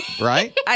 right